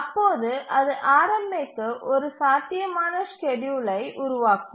அப்போது அது RMAக்கு ஒரு சாத்தியமான ஸ்கேட்யூலை உருவாக்கும்